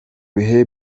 bihe